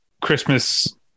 Christmas